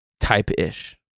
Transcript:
type-ish